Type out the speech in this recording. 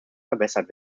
verbessert